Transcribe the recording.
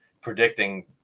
predicting